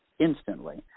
Instantly